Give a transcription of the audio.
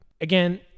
Again